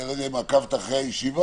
אני לא יודע אם עקבת אחרי הישיבה,